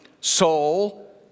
soul